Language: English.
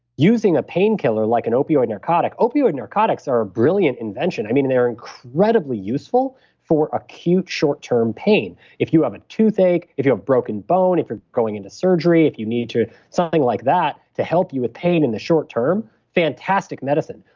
using a pain killer like an opioid narcotic. opioid narcotics are a brilliant invention. i mean, they are incredibly useful for acute short term pain. if you have a toothache, if you have broken bone, if you're going into surgery, if you need something like that to help you with pain in the short term fantastic medicine.